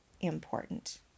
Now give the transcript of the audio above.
important